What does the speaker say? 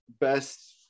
best